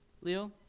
Leo